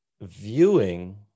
viewing